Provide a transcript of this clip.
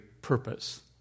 purpose